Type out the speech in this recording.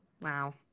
Wow